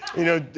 you know,